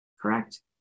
correct